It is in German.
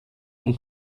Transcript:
und